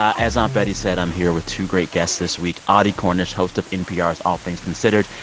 as aunt betty said, i'm here with two great guests this week. audie cornish, host of npr's all things considered,